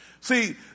See